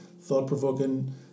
thought-provoking